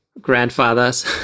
grandfathers